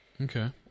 Okay